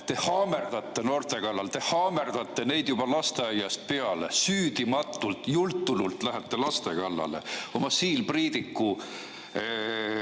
Te haamerdate noorte kallal, te haamerdate neid juba lasteaiast peale süüdimatult. Jultunult lähete laste kallale oma siil Priidiku